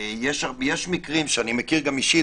יש מקרים שאני מכיר אישית,